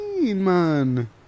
man